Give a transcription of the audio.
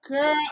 Girl